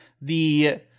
the-